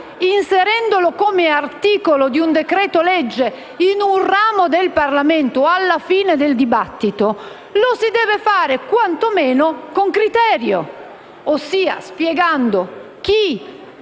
inserendolo come articolo di un decreto-legge in un ramo del Parlamento alla fine del dibattito, lo si deve fare quantomeno con criterio, ossia spiegando chi ha